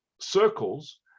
circles